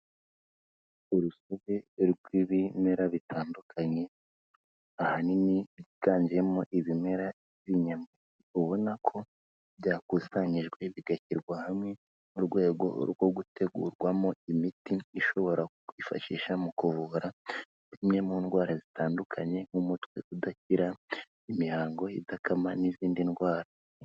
Urusobe rw'ibimera bitandukanye, ahanini biganjemo ibimera by'inyama ubona ko byakusanyijwe bigashyirwa hamwe, mu rwego rwo gutegurwamo imiti ishobora kwifashisha mu kuvura zimwe mu ndwara zitandukanye, nk'umutwe udakira, imihango idakama n'izindi ndwara.